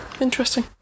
interesting